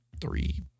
three